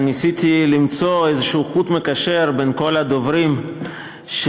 ניסיתי למצוא איזה חוט מקשר בין כל הדוברים שדיברו